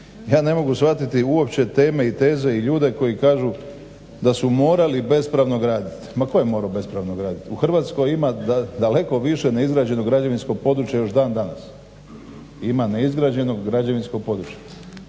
Ja ne mogu shvatiti uopće teme i teze i ljude koji kažu da su morali bespravno graditi. Ma tko je morao bespravno graditi? U Hrvatskoj ima daleko više neizgrađenog građevinskog područja još dan danas, ima neizgrađenog građevinskog područja.